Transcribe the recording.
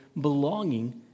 belonging